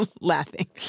laughing